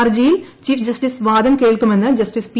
ഹർജിയിൽ chief justice വാദം കേൾക്കുമെന്ന് ജസ്റ്റിസ് പി